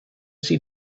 see